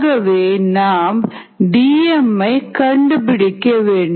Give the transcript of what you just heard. ஆகவே நாம் Dmஐ கண்டுபிடிக்க வேண்டும்